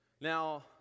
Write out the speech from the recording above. Now